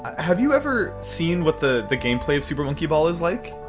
have you ever seen what the the gameplay of super monkey ball is like?